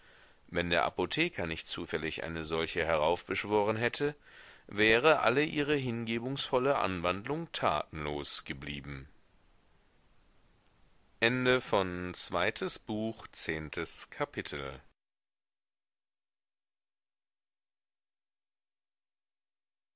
wenn der apotheker nicht zufällig eine solche heraufbeschworen hätte wäre alle ihre hingebungsvolle anwandlung tatenlos geblieben elftes kapitel